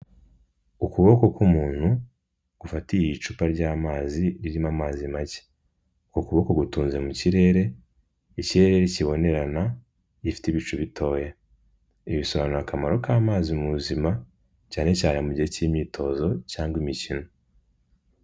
Ukuboko k'umuntu gufatiye icupa ry'amazi ririmo amazi make, uko kuboko gutunze mu kirere, ikirere kibonerana gifite ibicu bitoya ibi bisobanura akamaro k'amazi mu buzima cyane cyane mu gihe cy'imyitozo cyangwa imikino.